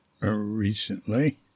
recently